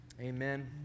Amen